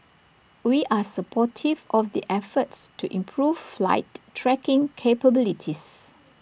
we are supportive of the efforts to improve flight tracking capabilities